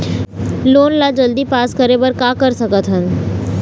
Loan ला जल्दी पास करे बर का कर सकथन?